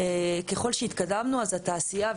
ככל שהתקדמנו התעשייה,